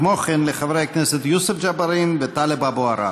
וכמו כן לחברי הכנסת יוסף ג'בארין וטלב אבו עראר.